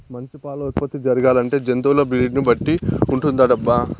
మంచి పాల ఉత్పత్తి జరగాలంటే జంతువుల బ్రీడ్ ని బట్టి ఉంటుందటబ్బా